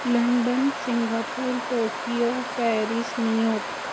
London Singapore Tokyo Paris New yoke